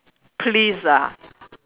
please ah